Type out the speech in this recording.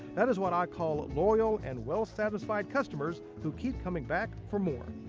that is what i call loyal and well satisfied customers who keep coming back for more.